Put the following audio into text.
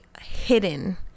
hidden